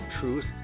Truth